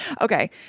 Okay